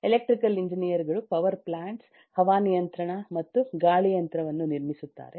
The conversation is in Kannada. ಎಲೆಕ್ಟ್ರಿಕಲ್ ಎಂಜಿನಿಯರ್ಗಳು ಪವರ್ ಪ್ಲಾಂಟ್ಸ್ ಹವಾನಿಯಂತ್ರಣ ಮತ್ತು ಗಾಳಿಯಂತ್ರವನ್ನು ನಿರ್ಮಿಸುತ್ತಾರೆ